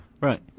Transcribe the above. Right